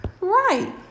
Right